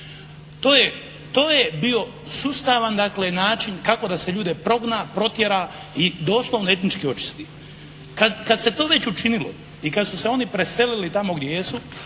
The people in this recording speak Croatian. To je bio sustavan dakle način kako da se ljude progna, protjera i doslovno etnički očisti. Kad se to već učinilo i kad su se oni preselili tamo gdje jesu,